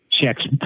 Checks